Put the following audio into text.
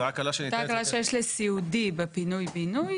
אותה הקלה שיש לסיעודי בפינוי בינוי,